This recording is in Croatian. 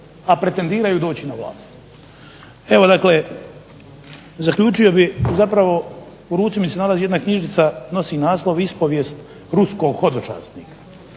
a pretendiraju doći na vlast. Evo dakle zaključio bih, zapravo u ruci mi se nalazi jedna knjižica, nosi naslov "Ispovijest ruskog hodočasnika",